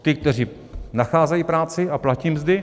Ty, kteří nacházejí práci a platí mzdy?